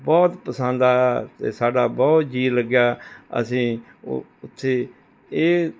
ਬਹੁਤ ਪਸੰਦ ਆਇਆ ਅਤੇ ਸਾਡਾ ਬਹੁਤ ਜੀਅ ਲੱਗਿਆ ਅਸੀਂ ਉ ਉੱਥੇ ਇਹ